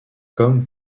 comme